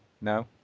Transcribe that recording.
No